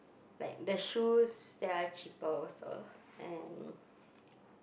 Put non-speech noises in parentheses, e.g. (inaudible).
like the shoes they are cheaper also and (breath)